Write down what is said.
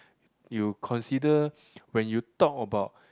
you consider when you talk about